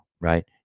right